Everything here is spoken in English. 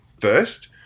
first